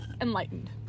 enlightened